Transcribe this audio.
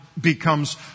becomes